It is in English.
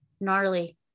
gnarly